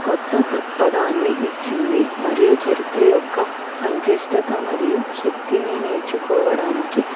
కొత్త దృక్పథాన్ని ఇచ్చింది మరియు చరిత్ర యొక్క సంక్లిష్టత మరియు శక్తిని నేర్చుకోవడానికి